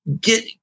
get